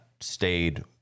stayed